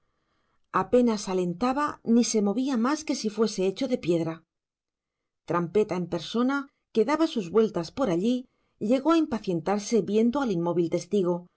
apenas alentaba ni se movía más que si fuese hecho de piedra trampeta en persona que daba sus vueltas por allí llegó a impacientarse viendo al inmóvil testigo